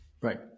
Right